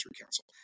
Council